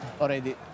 already